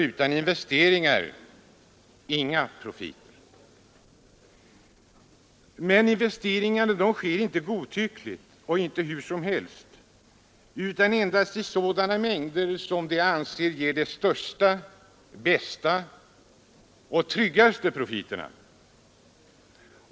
Utan investeringar blir det nämligen inga profiter. Men investeringarna sker inte godtyckligt och inte hur som helst, utan endast i sådana mängder som kapitalisterna anser ger de största, bästa och tryggaste profiterna.